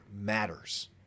matters